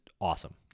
awesome